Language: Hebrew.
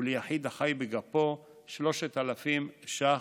וליחיד החי בגפו 3,000 ש"ח,